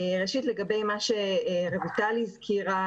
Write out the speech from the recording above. ראשית לגבי מה שרויטל הזכירה,